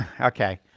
Okay